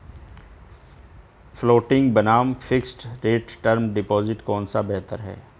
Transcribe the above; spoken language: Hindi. फ्लोटिंग बनाम फिक्स्ड रेट टर्म डिपॉजिट कौन सा बेहतर है?